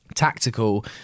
tactical